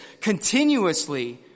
continuously